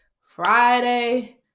Friday